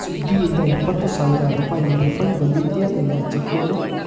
ಸ್ವಿಗ್ಗಿಯಿಂದ ಎಪ್ಪತ್ತು ಸಾವಿರ ರೂಪಾಯಿ ರೀಫಂಡ್ ಬಂದಿದ್ಯಾ ಇಲ್ವಾ ಚೆಕ್ ಮಾಡು